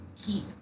keep